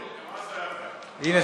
הנה,